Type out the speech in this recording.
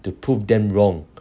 to prove them wrong